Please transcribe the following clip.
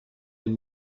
den